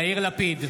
יאיר לפיד,